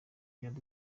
dar